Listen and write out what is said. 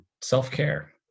self-care